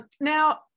Now